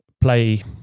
play